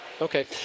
Okay